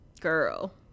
Girl